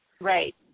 Right